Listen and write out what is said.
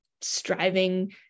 striving